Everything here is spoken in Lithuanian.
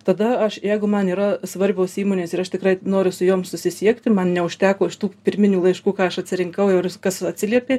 tada aš jeigu man yra svarbios įmonės ir aš tikrai noriu su jom susisiekti man neužteko iš tų pirminių laiškų ką aš atsirinkau kas atsiliepė